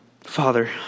Father